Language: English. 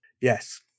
yes